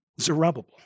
Zerubbabel